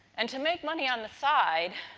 and, to make money on the side,